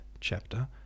chapter